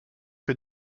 que